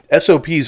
SOPs